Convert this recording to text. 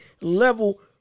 level